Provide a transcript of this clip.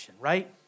right